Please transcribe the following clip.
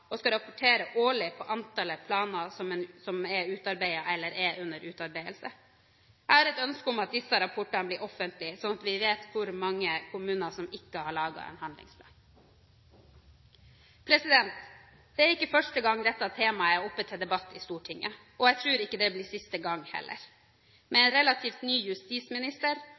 og skal rapportere årlig på antallet planer som er utarbeidet eller er under utarbeidelse. Jeg har et ønske om at disse rapportene blir offentlige, sånn at vi vet hvor mange kommuner som ikke har laget en handlingsplan. Det er ikke første gang dette temaet er oppe til debatt i Stortinget, og jeg tror ikke det blir siste gang heller. Med en relativt ny justisminister